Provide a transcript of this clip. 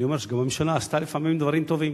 אני אומר שגם הממשלה עשתה לפעמים דברים טובים.